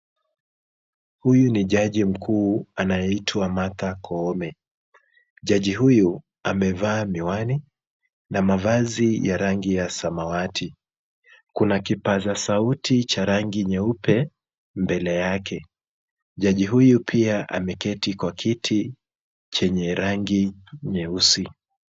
Huyu ni jaji mkuu anayeitwa Martha Koome. Jaji huyu amevaa miwani na mavazi ya rangi ya samawati. Kuna kipaza sauti cha rangi nyeupe mbele yake. Jaji huyu pia ameketi kwa kiti chenye rangi nyeusi.